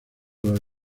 los